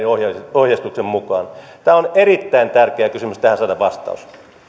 bernerin ohjeistuksen mukaan tämä on erittäin tärkeä kysymys ja tähän pitää saada vastaus